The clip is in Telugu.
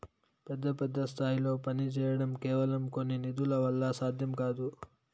పెద్ద పెద్ద స్థాయిల్లో పనిచేయడం కేవలం కొద్ది నిధుల వల్ల సాధ్యం కాదు